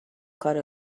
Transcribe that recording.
کار